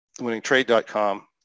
Winningtrade.com